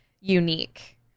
unique